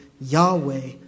Yahweh